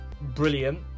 brilliant